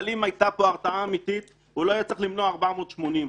אבל אם הייתה פה הרתעה אמיתי הוא לא היה צריך למנוע 480 פיגועים.